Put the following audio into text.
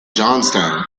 johnstown